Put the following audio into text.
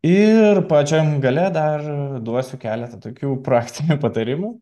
ir pačiam gale dar duosiu keletą tokių praktinių patarimų